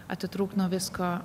atitrūkt nuo visko